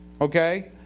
Okay